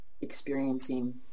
experiencing